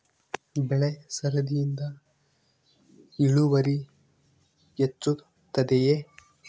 ಬೆಳೆ ಸರದಿಯಿಂದ ಇಳುವರಿ ಹೆಚ್ಚುತ್ತದೆಯೇ?